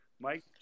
Mike